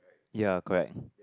ya correct